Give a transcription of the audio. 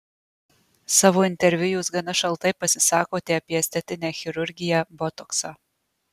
savo interviu jūs gana šaltai pasisakote apie estetinę chirurgiją botoksą